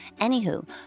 Anywho